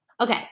Okay